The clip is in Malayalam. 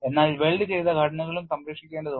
എന്നാൽ weld ചെയ്ത ഘടനകളും സംരക്ഷിക്കേണ്ടതുണ്ട്